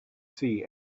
see